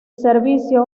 servicio